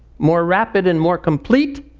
more rapid and more complete,